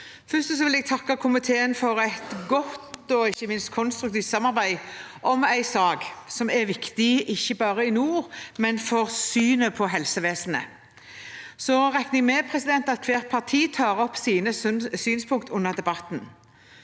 Først vil jeg takke komiteen for et godt og ikke minst konstruktivt samarbeid om en sak som er viktig ikke bare i nord, men for synet på helsevesenet. Jeg regner med at hvert parti tar opp sine synspunkt under debatten.